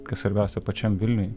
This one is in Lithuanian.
kas svarbiausia pačiam vilniuj